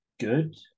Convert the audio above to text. Good